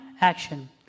action